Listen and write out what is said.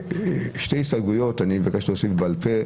שתי הסתייגויות אני מבקש להוסיף בעל פה.